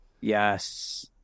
Yes